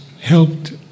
helped